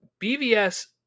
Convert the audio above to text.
BVS